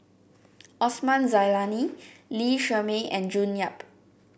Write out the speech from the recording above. Osman Zailani Lee Shermay and June Yap